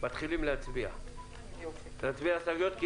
מתחילים להצביע על ההסתייגויות,